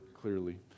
clearly